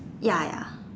ya ya